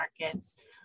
markets